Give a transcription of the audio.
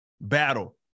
battle